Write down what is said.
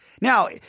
Now